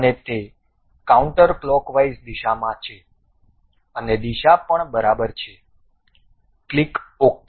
અને તે કાઉન્ટરક્લોકવાઇઝ દિશામાં છે અને દિશા પણ બરાબર છે ક્લિક્ ok